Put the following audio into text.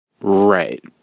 Right